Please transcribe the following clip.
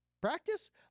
practice